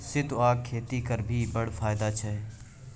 सितुआक खेती करभी बड़ फायदा छै